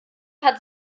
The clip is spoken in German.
hat